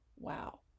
Wow